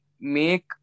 make